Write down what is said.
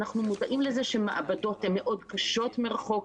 אנחנו מודעים לזה שמעבדות הן מאוד קשות מרחוק,